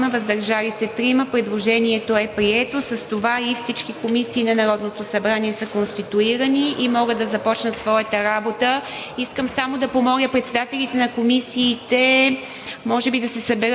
против 6, въздържали се 3. Предложението е прието. С това всички комисии на Народното събрание са конституирани и могат да започнат своята работа. Искам само да помоля председателите на комисиите